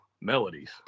melodies